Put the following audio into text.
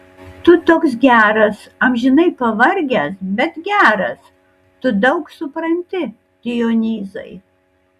tu toks geras amžinai pavargęs bet geras tu daug supranti dionyzai